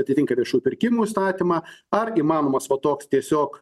atitinka viešųjų pirkimų įstatymą ar įmanomas va toks tiesiog